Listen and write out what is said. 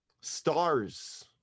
Stars